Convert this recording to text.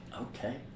okay